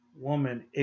woman